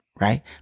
right